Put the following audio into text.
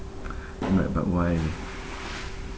I'm like but why